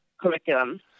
curriculum